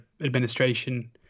administration